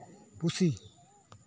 ᱯᱩᱥᱤ